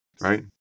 right